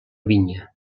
vinya